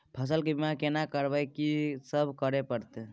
फसल के बीमा केना करब, की सब करय परत?